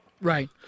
Right